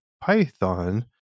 Python